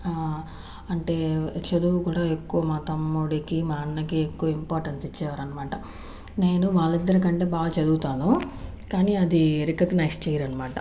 అంటే చదువు కూడా ఎక్కువ మా తమ్ముడికి మా అన్నకి ఎక్కువ ఇంపార్టెన్స్ ఇచ్చేవారు అనమాట నేను వాళ్ళిద్దరు కంటే బాగా చదువుతాను కానీ అది రికగ్నైస్ చేయరు అనమాట